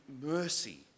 mercy